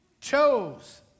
chose